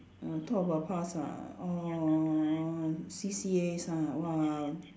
ah talk about past ah um C_C_As ah !wah!